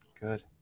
Good